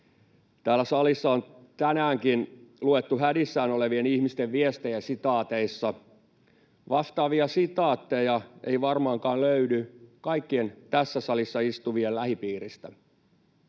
Täällä salissa on tänäänkin luettu hädissään olevien ihmisten viestejä sitaateissa. Vastaavia sitaatteja ei varmaankaan löydy kaikkien tässä salissa istuvien lähipiiristä.